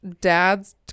Dad's